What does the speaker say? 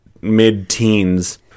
mid-teens